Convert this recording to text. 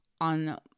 on